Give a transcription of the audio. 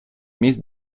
miejsc